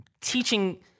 teaching